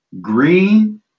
green